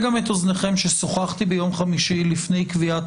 אוזנכם ששוחחתי ביום חמישי לפני קביעת